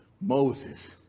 Moses